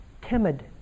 timid